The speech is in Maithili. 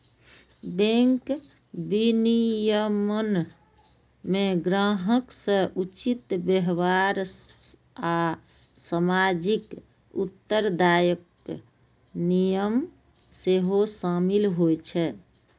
बैंक विनियमन मे ग्राहक सं उचित व्यवहार आ सामाजिक उत्तरदायित्वक नियम सेहो शामिल होइ छै